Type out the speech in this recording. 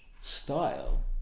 style